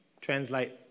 translate